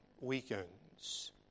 weakens